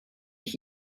ich